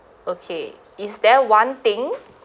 okay is there one thing